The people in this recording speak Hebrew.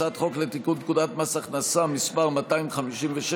הצעת חוק לתיקון פקודת מס הכנסה (מס' 256),